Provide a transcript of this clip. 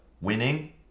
winning